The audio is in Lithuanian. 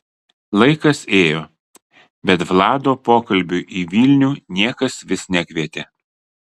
laikas ėjo bet vlado pokalbiui į vilnių niekas vis nekvietė